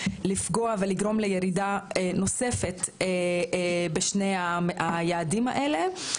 לפגוע ולגרום לירידה נוספת בשני היעדים האלה,